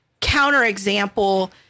counterexample